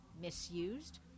misused